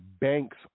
bank's